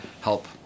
help